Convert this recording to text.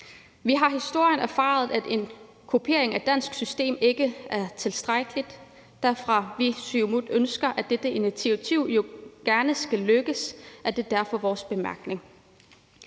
gennem historien erfaret, at en kopiering af et dansk system ikke er tilstrækkeligt. Vi fra Siumut ønsker, at det her initiativ jo gerne skal lykkes, og derfor kommer vi med vores bemærkning.